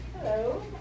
Hello